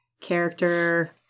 character